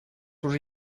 уже